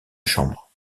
chambre